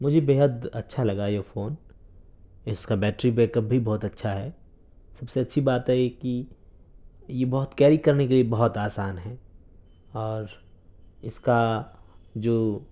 مجھے بے حد اچھا لگا یہ فون اس کا بیٹری بیک اپ بھی بہت اچھا ہے سب سے اچھی بات ہے کہ یہ بہت کیری کرنے کے لیے بہت آسان ہے اور اس کا جو